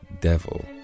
devil